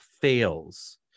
fails